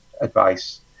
advice